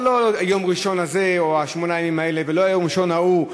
אבל לא יום ראשון הזה או שמונה הימים האלה ולא יום ראשון ההוא,